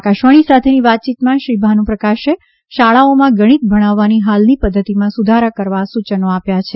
આકાશવાણી સાથેની વાતચીતમાં શ્રી ભાનુપ્રકાશે શાળાઓમાં ગણિત ભણાવવાની હાલની પદ્ધતિમાં સુધારા કરવા સૂચનો આપ્યા છે